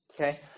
Okay